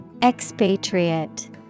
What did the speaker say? Expatriate